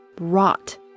rot